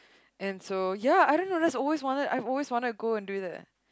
and so ya I dunno I always wanted I always wanted to go there do that